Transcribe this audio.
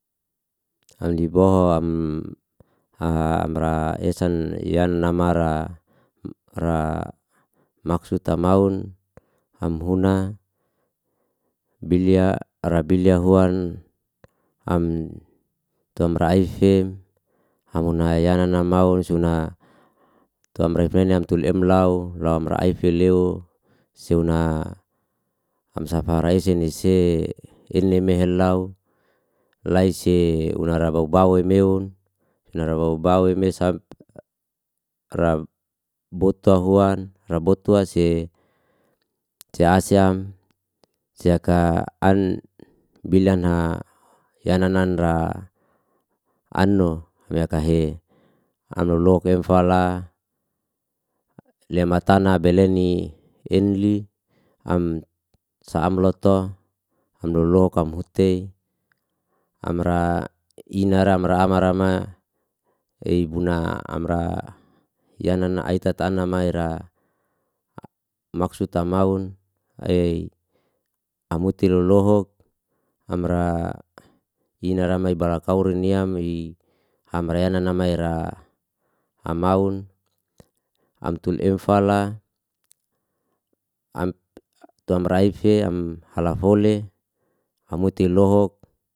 Am ni boho am amra esan yanama ra maksud'a mahun, am huna bilya rabilya huan am tu amra ife am huna yayana maun suna tu am refene tul em lau raum ra aife leu seu naha am safare ese nise inlehe mehel lau raise una ra baubaure meun, na ra baubau ra bota huan ra bot hua se asyam seaka an bil yanha yana ra ano yakahe am lolok'e fala lea matana bele ni enli am sa am loto am lolok am hutei amra ina ra amara ma eibuna amra yanana aitata ana mai ra maksud'a mahun am uti lolohok amra inara mai balakauri ni am amra na maira amaun am tu elfala tu amra ife, am halahole ama uti lohok.